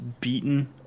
beaten